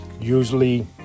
Usually